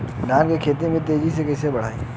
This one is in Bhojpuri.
धान क खेती के तेजी से कइसे बढ़ाई?